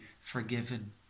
forgiven